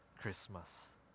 Christmas